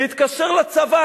להתקשר לצבא,